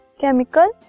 chemical